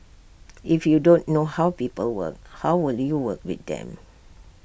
if you don't know how people work how will you work with them